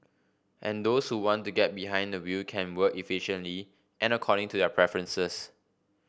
and those who want to get behind the wheel can work efficiently and according to their preferences